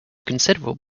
considerable